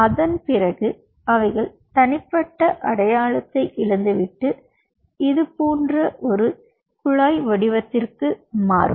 அதன்பிறகு அவைகள் தனிப்பட்ட அடையாளத்தை இழந்து விட்டு மேலும் இது போன்ற ஒரு குழாயாக மாறும்